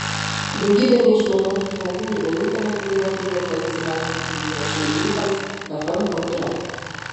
daugybė neišnaudotų progų ir vienintelė klaida privertė nusileisti turnyro šeimininkams fm audra